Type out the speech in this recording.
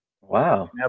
Wow